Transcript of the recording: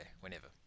Whenever